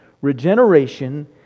Regeneration